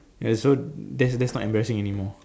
and so that's that's not embarrassing anymore